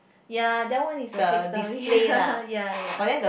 ya that one is a fake story ya ya ya